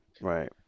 Right